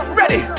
ready